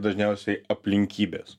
dažniausiai aplinkybės